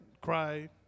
Cry